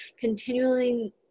continually